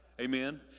Amen